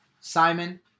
Simon